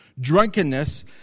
drunkenness